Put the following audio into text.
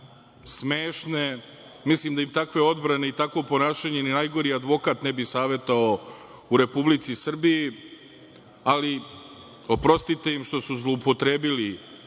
smešne. Mislim da im takve odbrane i takvo ponašanje ni najgori advokat ne bi savetovao u Republici Srbiji, ali oprostite im što su zloupotrebili